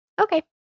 Okay